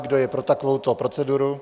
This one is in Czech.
Kdo je pro takovouto proceduru?